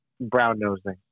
brown-nosing